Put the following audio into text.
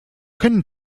können